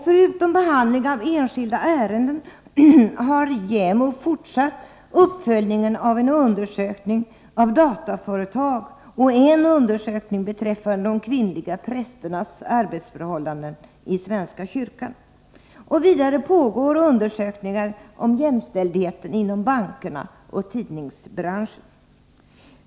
Förutom behandlingen av enskilda ärenden har JÄMO fortsatt uppföljningen av en undersökning av dataföretag och en undersökning beträffande de kvinnliga prästernas arbetsförhållanden i svenska kyrkan. Vidare pågår undersökningar om jämställdheten inom bankerna och i tidningsbranschen.